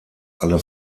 alle